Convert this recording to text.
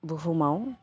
बुहुमाव